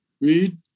read